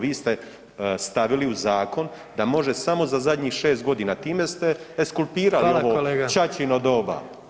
Vi ste stavili u zakon da može samo za zadnjih 6 godina, time ste [[Upadica: Hvala kolega.]] ekskulpirali ovo ćaćino doba.